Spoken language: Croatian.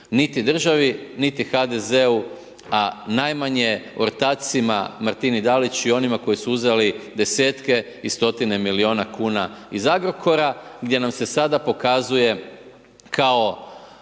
niti državi niti HDZ-u a najmanje ortacima Martini Dalić i onima koji su uzeli desetke i stotine milijuna kuna iz Agrokora gdje nam se sada pokazuje kao